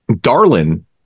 darlin